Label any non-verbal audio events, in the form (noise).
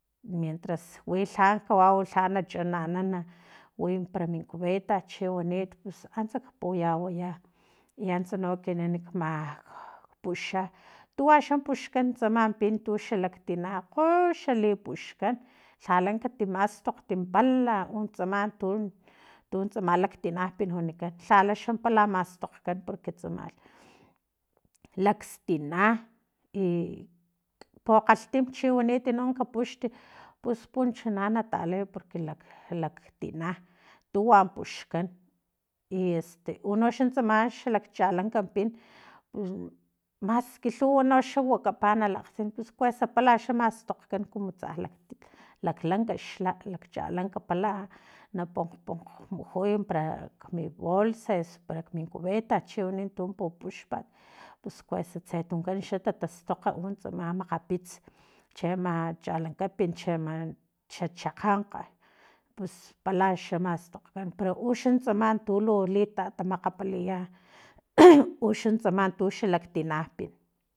Mientras wu lha kawau lha nachananan win para min cubeta chi wanit pus antsa puyawaya i antsa no ekinan nakma kuxa tuwa xa puxkan tsaman pin tu xalaktina kgoxa lipuxkan lhala kati mastokgt pala untsama pin tutsama laktinapin wanikan lha la xa mpala mastokgkan porque tsama lakstina i pokgalhtimchiwanit no ka puxt pus punchuna natalay porque (hesitation) laktina tuwa puxkan y este unoxa tsama xalakchalanka pin pus maski lhuwa noxa wakapa nalkgtsin pus kuesa pala xa mastokgan kumutsa laklanka xla lakchalanka pala na ponkg ponkg mujuy parak mi bolsa osu parak mi cubeta chiwanit tu pupuxpat pus kuesa tse tunkan tatastokg no tsama makgapits cheama chalankapin cheama xachajankg pus pala laxa mastokgkan pero uxa tsama untu talimakgapaliya (noise) uxan tsama mantu xalaktina pin